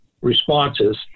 responses